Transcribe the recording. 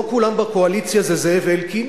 לא כולם בקואליציה זה זאב אלקין,